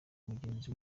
mugenzi